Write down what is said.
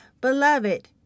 Beloved